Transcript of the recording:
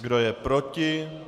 Kdo je proti?